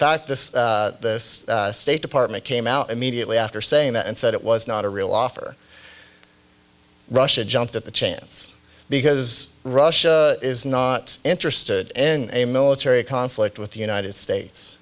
fact this the state department came out immediately after saying that and said it was not a real offer russia jumped at the chance because russia is not interested in a military conflict with the united states